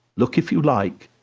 look if you like,